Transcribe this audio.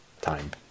time